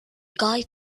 guy